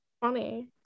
funny